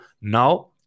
now